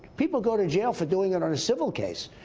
people go to jail for doing it on a civil case.